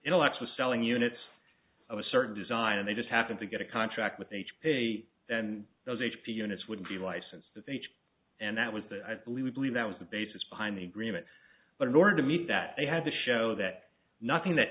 intellects were selling units of a certain design and they just happen to get a contract with each pay then those h p units would be licensed with each and that was that i believe we believe that was the basis behind the agreement but in order to meet that they had to show that nothing that